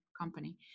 company